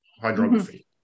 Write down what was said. hydrography